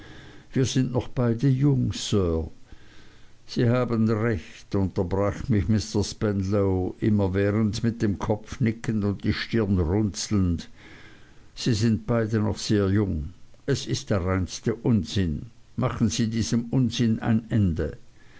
wir sind noch beide jung sir sie haben recht unterbrach mich mr spenlow immerwährend mit dem kopf nickend und die stirn runzelnd sie sind beide noch sehr jung es ist der reinste unsinn machen sie diesem unsinn ein ende